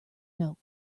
note